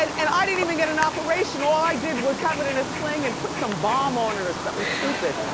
and i didn't even get an operation, all i did was have it in a sling and put some balm on it or something stupid.